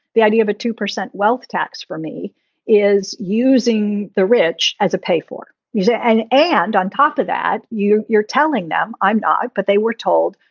the idea of a two percent wealth tax for me is using the rich as a pay for me. and and on top of that, you're you're telling them i'm not. but they were told,